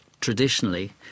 Traditionally